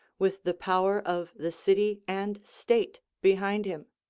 with the power of the city and state behind him.